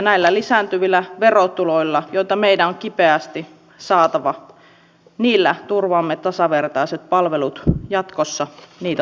näillä lisääntyvillä verotuloilla joita meidän on kipeästi saatava turvaamme tasavertaiset palvelut jatkossa niitä tarvitseville